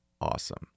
Awesome